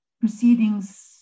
proceedings